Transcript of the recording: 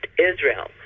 israel